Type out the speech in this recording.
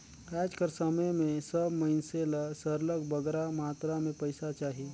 आएज कर समे में सब मइनसे ल सरलग बगरा मातरा में पइसा चाही